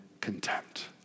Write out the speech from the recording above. contempt